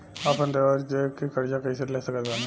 आपन जेवर दे के कर्जा कइसे ले सकत बानी?